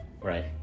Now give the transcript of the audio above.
Right